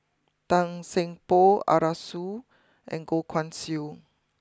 Tan Seng Poh Arasu and Goh Guan Siew